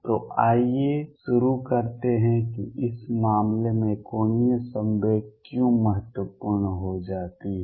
तो आइए शुरू करते हैं कि इस मामले में कोणीय संवेग क्यों महत्वपूर्ण हो जाती है